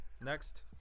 Next